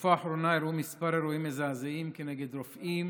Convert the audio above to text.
בתקופה האחרונה אירעו כמה אירועים מזעזעים כנגד רופאים